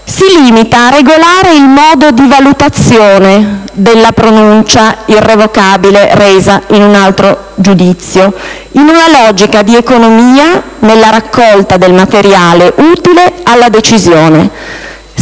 si limita a regolare il modo di valutazione della pronuncia irrevocabile resa in un altro giudizio, in una logica di economia nella raccolta del materiale utile alla decisione.